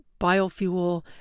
biofuel